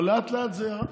אבל לאט-לאט זה ירד.